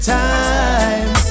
time